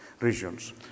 regions